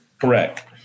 Correct